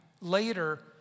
later